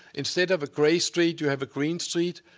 instead of a gray street, you have a green street.